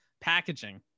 packaging